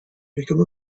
become